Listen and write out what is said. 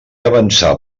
avançà